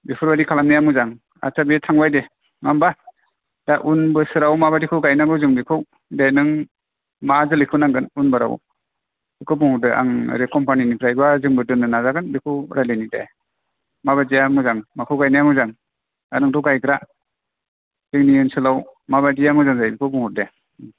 बेफोरबायदि खालामनाया मोजां आदसा बे थांबाय दे नङा होमबा दा उन बोसोराव माबायदिखौ गायनांगौ जों बेखौ दे नों मा जोलैखौ नांगोन उन बाराव बेखौ बुहरदो आं ओरै कम्फानिनिफ्रायबा जोंबो दोननो नाजागोन बेखौ रायज्लायनि दे माबायदिया मोजां माखौ गायनाया मोजां आरो नोंथ' गायग्रा जोंनि ओनसोलाव माबायदिया मोजां जायो बेखौ बुंहर दे